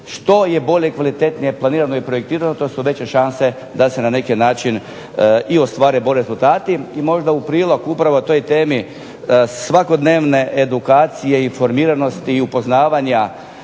što je bolje, kvalitetnije, planirano i projektirano to su veće šanse da se ostvare bolji rezultati i možda u prilog upravo toj temi svakodnevne edukacije i formiranosti i upoznavanje